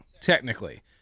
Technically